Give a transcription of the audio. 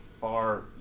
far